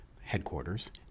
headquarters